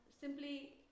simply